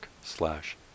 slash